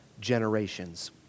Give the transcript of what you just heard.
generations